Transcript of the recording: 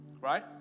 right